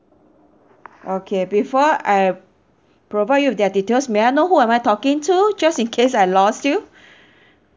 okay before I provide you their details may I know who am I talking to just in case I lost you